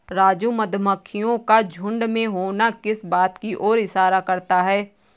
राजू मधुमक्खियों का झुंड में होना किस बात की ओर इशारा करता है?